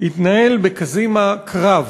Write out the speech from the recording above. התנהל בקזימה קרב